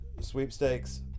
sweepstakes